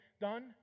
done